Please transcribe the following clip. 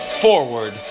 Forward